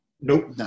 Nope